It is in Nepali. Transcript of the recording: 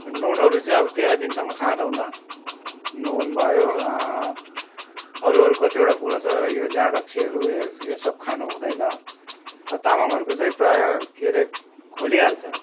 नुनहरू चाहिँ अब तेह्र दिनसम्म खाँदैनौँ नुन भयो अरूहरू कतिवटा कुराहरू छ यो जाँड रक्सीहरू यो सप खानु हुँदैन तामाङहरूको चाहिँ प्रायः के अरे खोलिहाल्छ